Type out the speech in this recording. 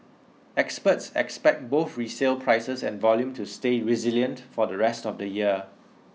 experts expect both resale prices and volume to stay resilient for the rest of the year